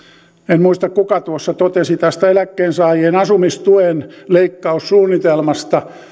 en muista kuka tuossa totesi tästä eläkkeensaajien asumistuen leikkaussuunnitelmasta